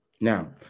Now